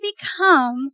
become